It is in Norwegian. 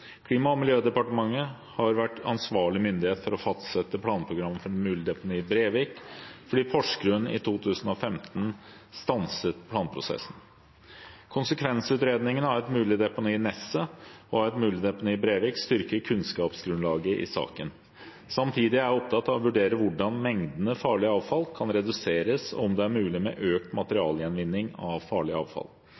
Klima- og miljødepartementet har vært ansvarlig myndighet for å fastsette planprogrammet for et mulig deponi i Brevik fordi Porsgrunn i 2015 stanset planprosessen. Konsekvensutredningene av et mulig deponi i Nesset og av et mulig deponi i Brevik styrker kunnskapsgrunnlaget i saken. Samtidig er jeg opptatt av å vurdere hvordan mengden farlig avfall kan reduseres, og om det er mulig med økt